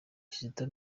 kizito